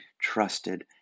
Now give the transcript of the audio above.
trusted